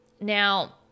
Now